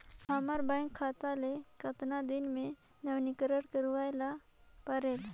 हमर बैंक खाता ले कतना दिन मे नवीनीकरण करवाय ला परेल?